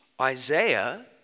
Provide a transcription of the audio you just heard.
Isaiah